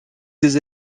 ses